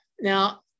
Now